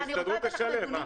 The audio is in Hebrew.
שההסתדרות תשלם.